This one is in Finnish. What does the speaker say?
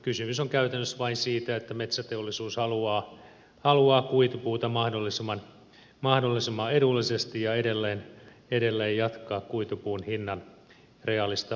kysymys on käytännössä vain siitä että metsäteollisuus haluaa kuitupuuta mahdollisimman edullisesti ja edelleen jatkaa kuitupuun hinnan reaalista alentamista